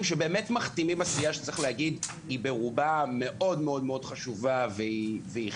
שמכתימים עשייה שצריך להגיד שברובה היא מאוד חשובה וחיונית.